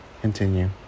Continue